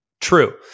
True